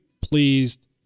pleased